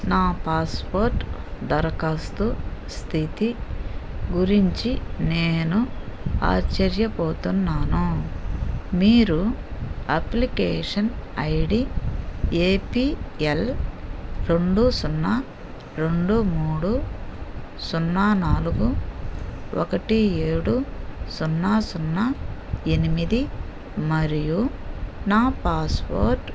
నా పాస్పోర్ట్ దరఖాస్తు స్థితి గురించి నేను ఆశ్చర్యపోతున్నాను మీరు application I D A P L రెండు సున్నా రెండు మూడు సున్నా నాలుగు ఒకటి ఏడు సున్నా సున్నా ఎనిమిది మరియు నా పాస్పోర్ట్